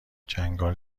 چنگال